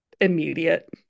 immediate